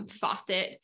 Faucet